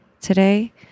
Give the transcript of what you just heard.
today